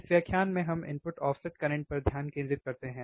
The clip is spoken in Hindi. इस व्याख्यान में हम इनपुट ऑफसेट करंट पर ध्यान केंद्रित करते हैं